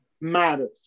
matters